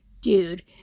dude